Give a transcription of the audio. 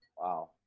Wow